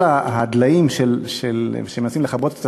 כל הדליים שמנסים לכבות את